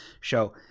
show